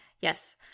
Yes